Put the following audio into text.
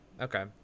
okay